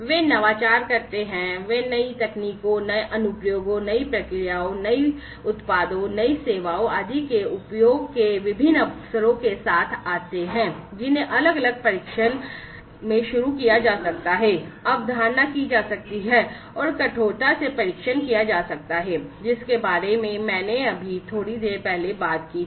वे नवाचार करते हैं वे नई तकनीकों नए अनुप्रयोगों नई प्रक्रियाओं नई प्रक्रियाओं नए उत्पादों नई सेवाओं आदि के उपयोग के विभिन्न अवसरों के साथ आते हैं जिन्हें अलग अलग परीक्षण में शुरू किया जा सकता है अवधारणा की जा सकती है और कठोरता से परीक्षण किया जा सकता है जिसके बारे में मैंने अभी थोड़ी देर पहले बात की थी